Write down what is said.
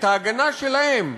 את ההגנה שלהם,